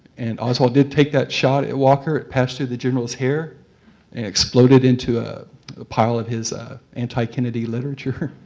and oswald did take that shot at walker. it passed through the general's hair and exploded into a pile of his anti-kennedy literature.